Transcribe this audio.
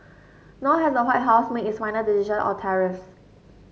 nor has the White House made its final decision or tariffs